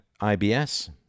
IBS